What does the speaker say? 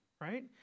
right